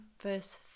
verse